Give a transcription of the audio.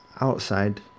outside